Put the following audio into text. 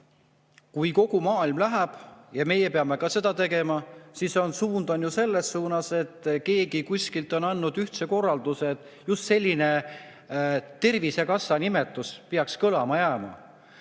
Kui kogu maailm läheb ja meie peame ka seda tegema, siis [mõte] läheb selles suunas, et keegi kuskilt on andnud korralduse, et just Tervisekassa nimetus peaks olema. Ja